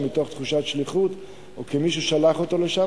מתוך תחושת שליחות או כי מישהו שלח אותו לשם,